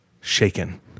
shaken